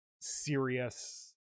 serious